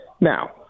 Now